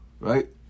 right